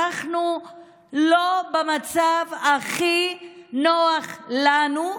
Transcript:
אנחנו לא במצב הכי נוח לנו,